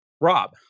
Rob